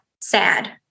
SAD